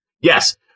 Yes